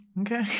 Okay